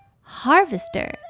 Harvester